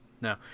No